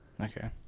Okay